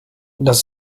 das